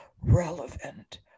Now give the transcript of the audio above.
relevant